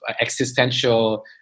existential